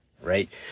right